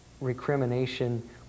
recrimination